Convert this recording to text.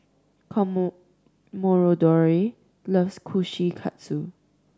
Commodore loves Kushikatsu